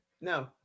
no